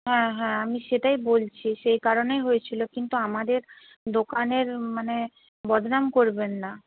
হ্যাঁ হ্যাঁ আমি সেটাই বলছি সেই কারণেই হয়েছিল কিন্তু আমাদের দোকানের মানে বদনাম করবেন না